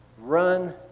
Run